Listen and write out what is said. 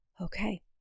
okay